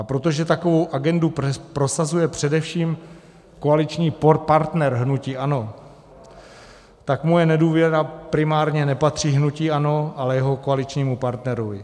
A protože takovou agendu prosazuje především koaliční partner hnutí ANO, tak moje nedůvěra primárně nepatří hnutí ANO, ale jeho koaličnímu partnerovi.